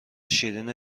شیرین